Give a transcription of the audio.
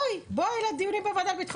אני מזמינה אותך לדיונים בוועדה לביטחון